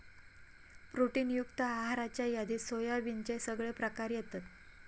protein युक्त आहाराच्या यादीत सोयाबीनचे सगळे प्रकार येतत